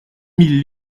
mille